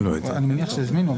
אני מניח שיזמינו,